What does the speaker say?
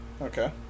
Okay